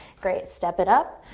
great. step it up.